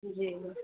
जी जी